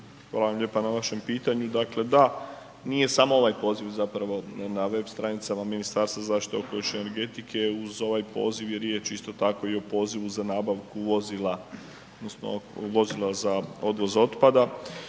hvala vam lijepo na vašem pitanju. Dakle, da nije samo ovaj poziv zapravo na web stranicama Ministarstva zaštite okoliša i energetike, uz ovaj poziv je riječ isto tako i o pozivu za nabavku vozila odnosno vozila za odvoz otpada